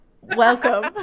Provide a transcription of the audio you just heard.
welcome